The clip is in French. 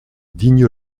digne